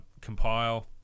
compile